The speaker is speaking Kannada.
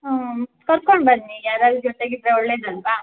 ಹಾಂ ಕರ್ಕೊಂಡು ಬನ್ನಿ ಯಾರಾದರೂ ಜೊತೆಗಿದ್ದರೆ ಒಳ್ಳೆಯದಲ್ವಾ